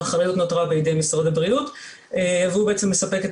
האחריות נותרה בידי משרד הבריאות והוא מספק את